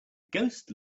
ghost